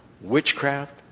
witchcraft